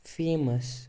famous